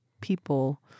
people